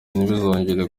ntibizongere